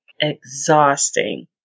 exhausting